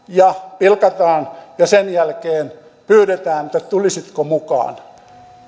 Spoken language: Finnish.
ja pilkataan ja sen jälkeen pyydetään että tulisitko mukaan